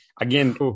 again